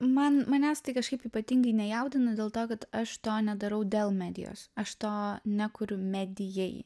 man manęs tai kažkaip ypatingai nejaudina dėl to kad aš to nedarau dėl medijos aš to nekuriu medijai